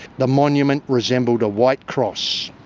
the monument resembled a white cross.